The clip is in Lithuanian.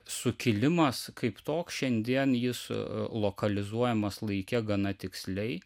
sukilimas kaip toks šiandien jis lokalizuojamas laike gana tiksliai